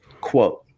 quote